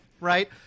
right